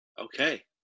Okay